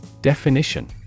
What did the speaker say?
Definition